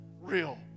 real